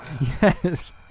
Yes